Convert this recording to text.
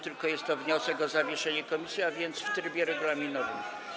tylko jest to wniosek o zawieszenie komisji, a więc w trybie regulaminowym.